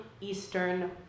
Eastern